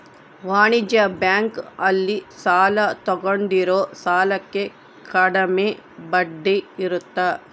ವಾಣಿಜ್ಯ ಬ್ಯಾಂಕ್ ಅಲ್ಲಿ ಸಾಲ ತಗೊಂಡಿರೋ ಸಾಲಕ್ಕೆ ಕಡಮೆ ಬಡ್ಡಿ ಇರುತ್ತ